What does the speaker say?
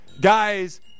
guys